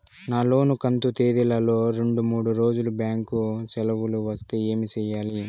నా లోను కంతు తేదీల లో రెండు మూడు రోజులు బ్యాంకు సెలవులు వస్తే ఏమి సెయ్యాలి?